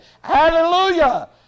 hallelujah